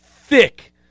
thick